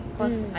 hmm